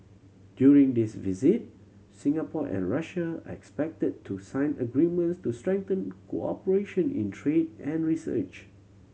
during this visit Singapore and Russia are expected to sign agreements to strengthen cooperation in trade and research